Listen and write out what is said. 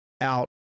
out